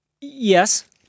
Yes